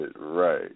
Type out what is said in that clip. right